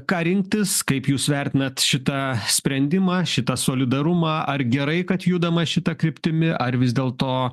ką rinktis kaip jūs vertinat šitą sprendimą šitą solidarumą ar gerai kad judama šita kryptimi ar vis dėlto